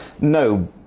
No